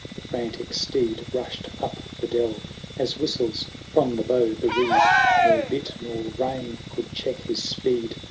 the frantic steed rushm up the dell as whistles from the bow the reed nor bit nor rein could check his speed,